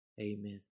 Amen